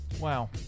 Wow